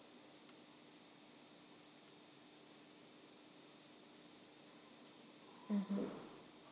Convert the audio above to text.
mmhmm